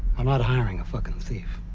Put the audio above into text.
i'm not hiring a fucking thief.